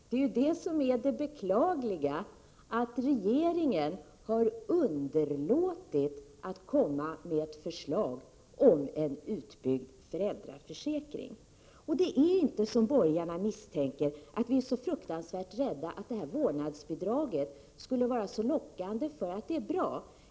Det är ju det som är det beklagliga att regeringen har underlåtit att komma med ett förslag om en utbyggd föräldraförsäkring. Det är inte, som borgarna misstänker, så att vi är så fruktansvärt rädda att det här vårdnadsbidraget skulle vara så lockande för att det är bra.